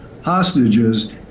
hostages